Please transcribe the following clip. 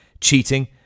cheating